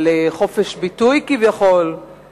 דיברת על חופש ביטוי כביכול,